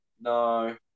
No